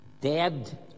Dead